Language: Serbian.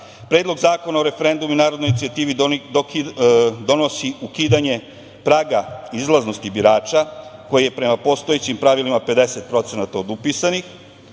Predlog zakona o referendumu i narodnoj inicijativi donosi ukidanje praga izlaznosti birača, koji je prema postojećim pravila 50% upisanih,